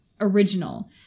original